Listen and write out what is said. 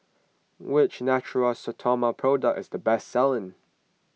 which Natura Stoma product is the best selling